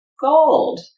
gold